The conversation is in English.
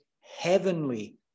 heavenly